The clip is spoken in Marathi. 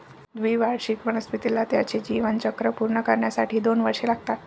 द्विवार्षिक वनस्पतीला त्याचे जीवनचक्र पूर्ण करण्यासाठी दोन वर्षे लागतात